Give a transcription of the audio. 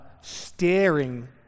staring